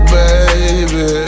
baby